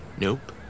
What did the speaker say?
Nope